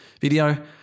video